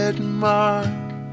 mark